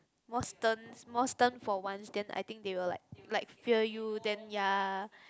more stern more stern for once then I think they will like like fear you then ya